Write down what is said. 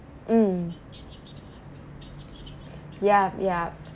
mm yup yup